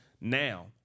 now